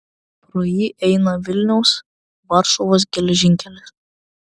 pro jį eina vilniaus varšuvos geležinkelis